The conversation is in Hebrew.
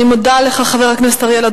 אני מודה לך, חבר הכנסת אריאל.